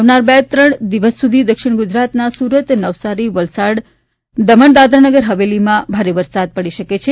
આવનારા બે ત્રણ દિવસ સુધી દક્ષિણ ગુજરાતના સુરત નવસારી વલસાડ અને દમણ દાદરાનગર હવેલીમાં ભારે વરસાદ પડી શકે છે